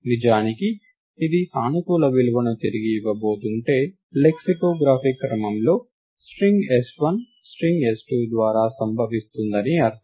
నిజానికి అది సానుకూల విలువను తిరిగి ఇవ్వబోతుంటే లెక్సికోగ్రాఫిక్ క్రమంలో స్ట్రింగ్ s1 స్ట్రింగ్ s2 తర్వాత సంభవిస్తుందని అర్థం